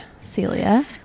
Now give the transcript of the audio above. Celia